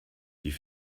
die